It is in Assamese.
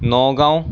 নগাঁও